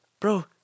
Bro